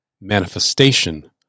manifestation